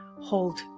hold